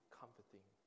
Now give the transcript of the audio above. comforting